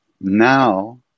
Now